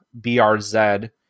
BRZ